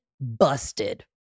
busted